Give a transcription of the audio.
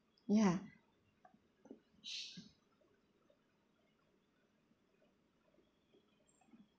ya